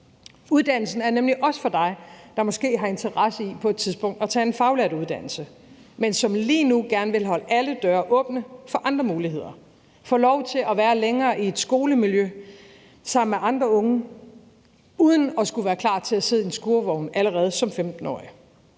Uddannelsen er nemlig også for dig, der måske på et tidspunkt har interesse i at tage en faglært uddannelse, men som lige nu gerne vil holde alle døre åbne for andre muligheder og få lov til at være længere tid i et skolemiljø sammen med andre unge uden at skulle være klar til at sidde i en skurvogn allerede som 15-årig.